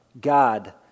God